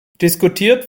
diskutiert